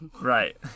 Right